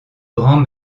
grand